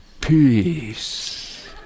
peace